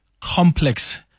complex